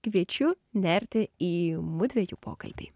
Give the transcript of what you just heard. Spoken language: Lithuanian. kviečiu nerti į mudviejų pokalbį